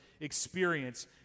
experience